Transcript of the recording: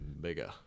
Bigger